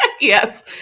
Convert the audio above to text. Yes